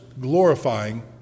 glorifying